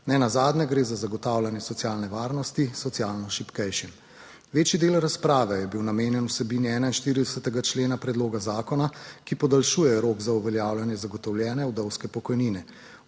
Ne nazadnje gre za zagotavljanje socialne varnosti socialno šibkejšim. Večji del razprave je bil namenjen vsebini 41. člena predloga zakona, ki podaljšuje rok za uveljavljanje zagotovljene vdovske pokojnine.